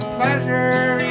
pleasure